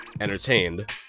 entertained